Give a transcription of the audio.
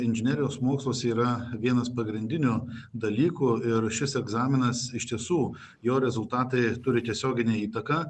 inžinerijos moksluose yra vienas pagrindinių dalykų ir šis egzaminas iš tiesų jo rezultatai turi tiesioginę įtaką